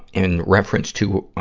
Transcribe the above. in reference to, ah,